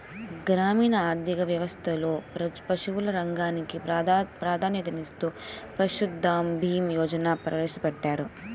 గ్రామీణ ఆర్థిక వ్యవస్థలో పశువుల రంగానికి ప్రాధాన్యతనిస్తూ పశుధన్ భీమా యోజనను ప్రవేశపెట్టారు